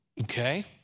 Okay